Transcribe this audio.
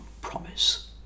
promise